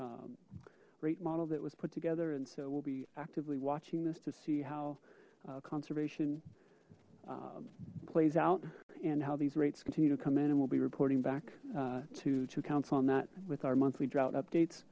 model rate model that was put together and so we'll be actively watching this to see how conservation plays out and how these rates continue to come in and we'll be reporting back to to council on that with our monthly drought updates